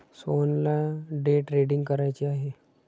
सोहनला day trading करायचे आहे